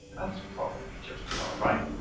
that's probably just about right.